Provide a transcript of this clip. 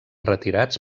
retirats